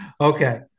Okay